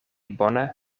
bone